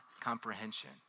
comprehension